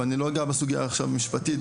ואני לא אגע בסוגיה עכשיו משפטית,